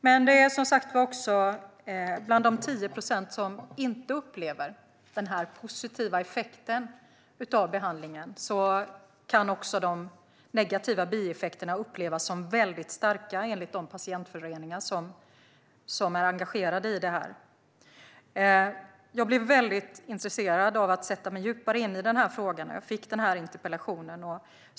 Men det är som sagt också bland de 10 procent som inte upplever den positiva effekten som de negativa bieffekterna kan upplevas som väldigt starka, enligt de patientföreningar som är engagerade i detta. Jag blev väldigt intresserad av att sätta mig djupare in i den här frågan när jag fick denna interpellation.